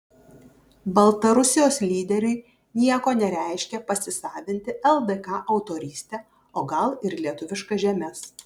baltarusijos lyderiui nieko nereiškia pasisavinti ldk autorystę o gal ir lietuviškas žemes